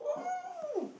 oh